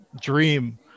dream